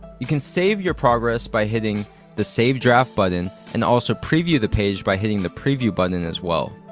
you can save your progress by hitting the save draft button, and also preview the page by hitting the preview button as well.